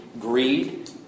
greed